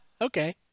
Okay